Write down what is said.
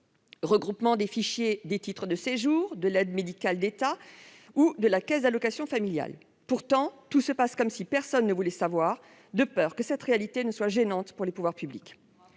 recoupement des fichiers des titres de séjour, de l'aide médicale d'État ou de la caisse d'allocations familiales. Pourtant, tout se passe comme si personne ne voulait savoir, de peur que cette réalité ne soit gênante pour les pouvoirs publics.